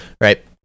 Right